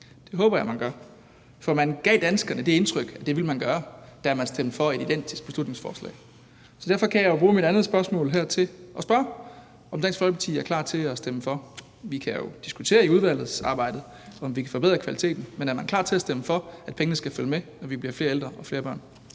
Det håber jeg at man gør, for man gav danskerne det indtryk, at det ville man gøre, da man stemte for et identisk beslutningsforslag. Derfor kan jeg bruge mit andet spørgsmål her til at spørge, om Dansk Folkeparti er klar til at stemme for. Vi kan jo under udvalgsarbejdet diskutere, om vi kan forbedre kvaliteten, men er man klar til at stemme for, at pengene skal følge med, når der kommer flere ældre og flere børn?